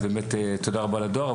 אז באמת תודה רבה לדואר.